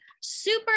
super